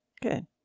Good